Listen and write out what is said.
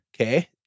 Okay